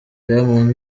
diamond